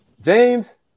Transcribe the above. james